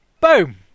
Boom